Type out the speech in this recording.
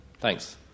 Thanks